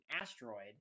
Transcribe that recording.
asteroid